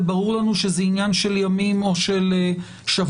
וברור לנו שזה עניין של ימים או של שבועות,